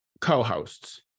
co-hosts